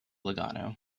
lugano